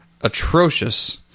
atrocious